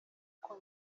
uko